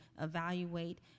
evaluate